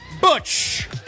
Butch